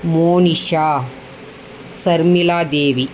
Monisha Sharmila Devi